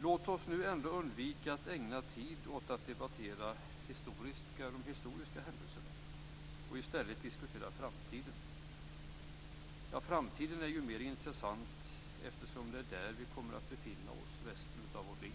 Låt oss ändå undvika att ägna tid åt att debattera de historiska händelserna för att i stället diskutera framtiden. Framtiden är mer intressant eftersom det är där som vi kommer att befinna oss resten av vårt liv.